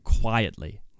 quietly